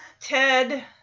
Ted